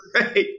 right